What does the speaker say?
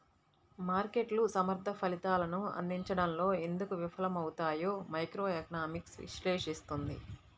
మార్కెట్లు సమర్థ ఫలితాలను అందించడంలో ఎందుకు విఫలమవుతాయో మైక్రోఎకనామిక్స్ విశ్లేషిస్తుంది